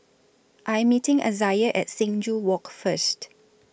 I'm meeting Izaiah At Sing Joo Walk First